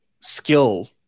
skill